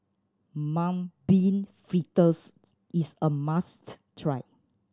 Mung Bean Fritters is a must try